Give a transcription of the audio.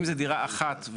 אם זו דירה אחת,